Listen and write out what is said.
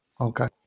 Okay